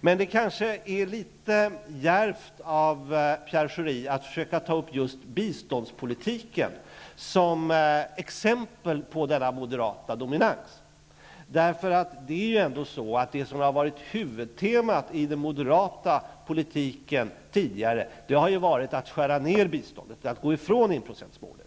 Men det kanske är litet djärvt av Pierre Schori att ta just biståndspolitiken som exempel på denna moderata dominans. Huvudtemat i den tidigare moderata politiken har ju varit att skära ned biståndet, att gå ifrån enprocentsmålet.